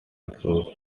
also